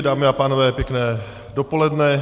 Dámy a pánové, pěkné dopoledne.